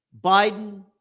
Biden